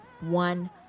one